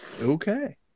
Okay